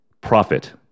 profit